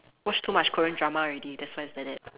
watch too much Korean drama already that's why it's like that